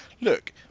look